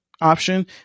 option